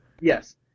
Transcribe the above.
Yes